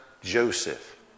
Joseph